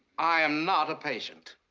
i am not a patient.